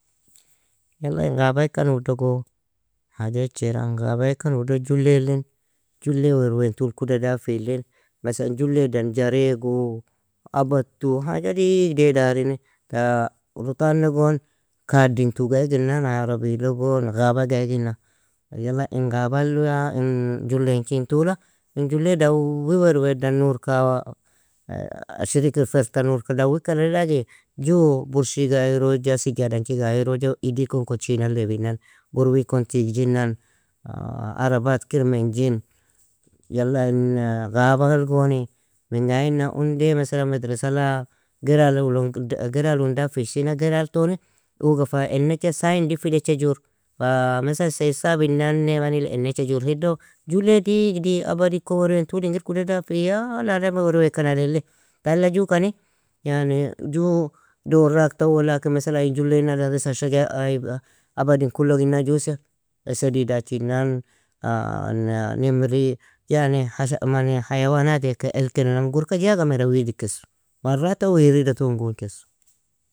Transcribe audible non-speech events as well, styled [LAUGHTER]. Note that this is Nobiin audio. Yala in ghaba ikan udog haja icheara, iron ghaba ikan udo jullelin, julle werwean tul kuda dafilin, masan julle dan jareegu, abadtu, haja digde darini ta urutan nogon kaddin tuga iginan, arabi logon ghaba ga iginna, yala in ghabal ya in jullenchin tula in julle dawi werwea dan nurka awa ashiri kir ferta nur dawika alladagi ju burshiga ayeroja, sijadanchig ayroja idi kon kotshina lebinna, burwi kon tigjinnan, arabat kir menjin, yala in ghabal goni, minga ainna unde, maslaa madresala [UNINTELLIGIBLE] giral un dafishina giraltoni uga fa enecha saayn difil icha jur, fa masla sayisabin nanne manil enecha jur, hido Julley digdi abadi ko werwean tul ingir kuda dafi yaalaa ademe werweaka nali li. Tala ju kani, yani ju dorak tawolaki masala ay julle ina daris ay shaj_ay abadin kullog ina jusiy, esedi dachinnan, [HESITATION] nimri, yani hasha_mani hayawanateak elkenonam gurka jaga mira wdikesu, marrata wrido ton gugnkesu.